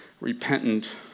repentant